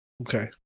Okay